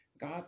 God